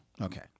Okay